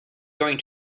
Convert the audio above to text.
going